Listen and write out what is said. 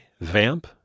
vamp